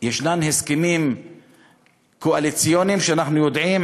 ישנם הסכמים קואליציוניים שאנחנו יודעים,